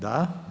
Da.